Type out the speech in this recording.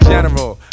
General